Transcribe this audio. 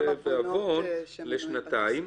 ובעוון לשנתיים.